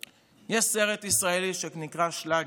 יש סרט ישראלי שנקרא "שלאגר",